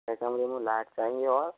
छः कमरे में लाइट चाहिए और